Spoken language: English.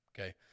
Okay